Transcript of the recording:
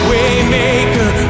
Waymaker